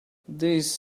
this